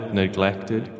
neglected؟